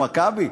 "מכבי".